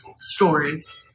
Stories